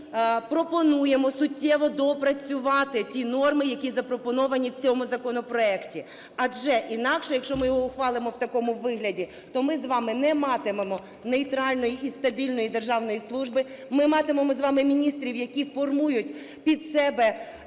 І пропонуємо суттєво доопрацювати ті норми, які запропоновані в цьому законопроекті, адже інакше, якщо ми його ухвалимо в такому вигляді, то ми з вами не матимемо нейтральної і стабільної державної служби, ми матимемо з вами міністрів, які формують під себе